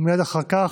מייד אחר כך,